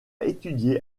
étudié